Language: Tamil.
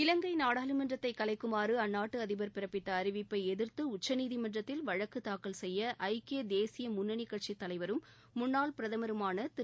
இலங்கை நாடாளுமன்றத்தை கலைக்குமாறு அந்நாட்டு அதிபர் பிறப்பித்த அறிவிப்பை எதிர்த்து உச்சநீதிமன்றத்தில் வழக்கு தாக்கல் செய்ய ஐக்கிய தேசிய முன்னணி கட்சி தலைவரும் முன்னாள் பிரதமருமான திரு